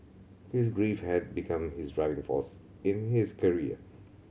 his grief had become his driving force in his career